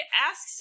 asks